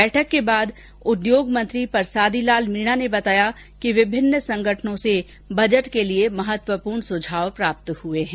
बैठक के बाद उद्योग मंत्री परसादी लाल मीणा ने बताया कि विभिन्न संगठनों से बजट के लिए महत्वपूर्ण सुझाव प्राप्त हुए हैं